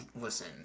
Listen